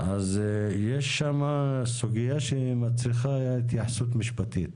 אז יש שם סוגיה שמצריכה התייחסות משפטית.